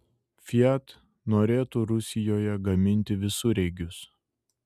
fiat norėtų rusijoje gaminti visureigius